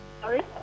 Sorry